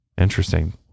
interesting